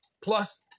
plus